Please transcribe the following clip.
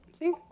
See